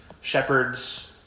Shepherds